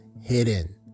Hidden